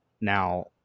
Now